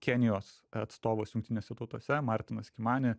kenijos atstovas jungtinėse tautose martinas kimani